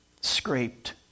scraped